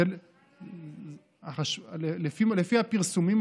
לפי הפרסומים,